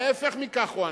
ההיפך מכך הוא הנכון,